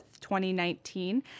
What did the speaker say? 2019